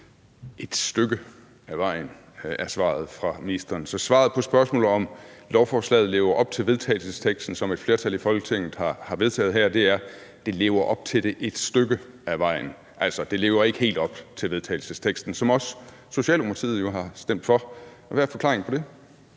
Et stykke ad vejen er svaret fra ministeren. Så svaret her på spørgsmålet, om lovforslaget lever op til det forslag til vedtagelse, som et flertal i Folketinget har vedtaget, er, at det lever op til det et stykke ad vejen, altså det lever ikke helt op til det forslag til vedtagelse, som også Socialdemokratiet har stemt for. Hvad er forklaringen på det?